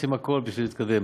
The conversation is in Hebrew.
עושים הכול בשביל להתקדם.